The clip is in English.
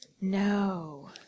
No